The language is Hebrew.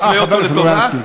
אה, חבר הכנסת סלומינסקי.